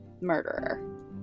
murderer